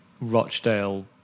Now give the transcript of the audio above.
Rochdale